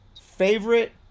Favorite